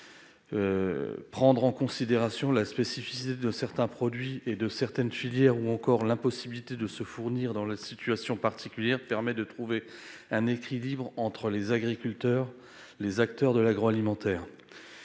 Prendre en considération la spécificité de certains produits et de certaines filières, ou encore l'impossibilité de se fournir dans une situation particulière, permet de trouver un équilibre entre les agriculteurs et les acteurs de l'agroalimentaire.